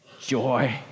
joy